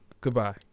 Goodbye